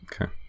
Okay